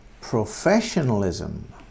professionalism